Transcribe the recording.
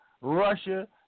Russia